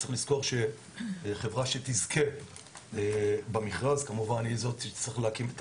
צריך לזכור שהחברה שתזכה במכרז היא זאת שתצטרך להקים את